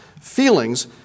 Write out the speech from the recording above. feelings